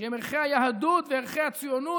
שהם ערכי היהדות וערכי הציונות,